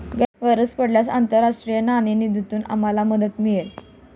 गरज पडल्यास आंतरराष्ट्रीय नाणेनिधीतून आम्हाला मदत मिळेल